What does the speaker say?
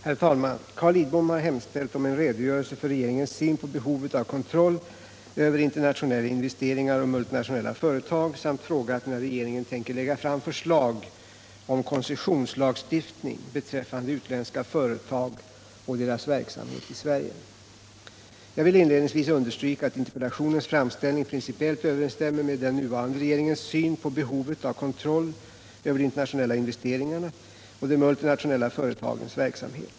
Herr talman! Carl Lidbom har hemställt om en redogörelse för regeringens syn på behovet av kontroll över internationella investeringar och multinationella företag samt frågat när regeringen tänker lägga fram förslag om koncessionslagstiftning beträffande utländska företag och deras verksamhet i Sverige. Jag vill inledningsvis understryka att interpellationens framställning principiellt överensstämmer med den nuvarande regeringens syn på behovet av kontroll över de internationella investeringarna och de multinationella företagens verksamhet.